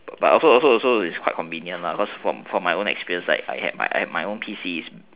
but also also it's quite convenient lah because because from my own experience like I had my own P_C